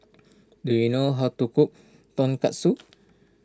do you know how to cook Tonkatsu